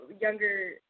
younger